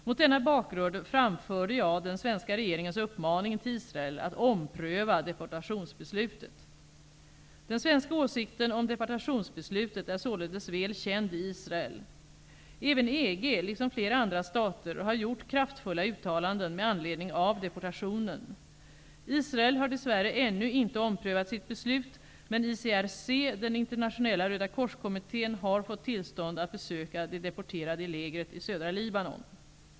Mot denna bakgrund framförde jag den svenska regeringens uppmaning till Israel att ompröva deportationsbeslutet. Den svenska åsikten om deportationsbeslutet är således väl känd i Israel. Även EG-länderna, liksom flera andra stater, har gjort kraftfulla uttalanden med anledning av deportationen. Israel har dess värre ännu inte omprövat sitt beslut men ICRC, den internationella Röda kors-kommittén, har fått tillstånd att besöka de deporterade i lägret i södra Libanon.